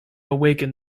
awaken